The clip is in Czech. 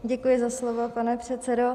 Děkuji za slovo, pane předsedo.